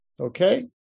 Okay